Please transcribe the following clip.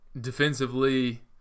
defensively